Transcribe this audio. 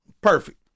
Perfect